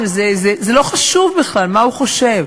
זה לא חשוב בכלל מה הוא חושב,